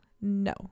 no